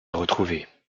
retrouvée